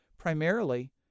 Primarily